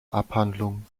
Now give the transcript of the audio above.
abhandlungen